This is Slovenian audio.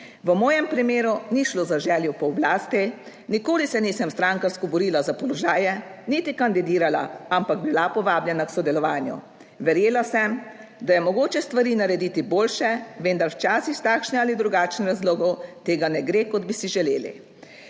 V mojem primeru ni šlo za željo po oblasti. Nikoli se nisem strankarsko borila za položaje, niti kandidirala, ampak bila povabljena k sodelovanju. Verjela sem, da je mogoče stvari narediti boljše, vendar včasih iz takšnih ali drugačnih razlogov tega ne gre, kot bi si želeli.